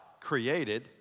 created